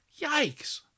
Yikes